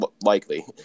likely